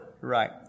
Right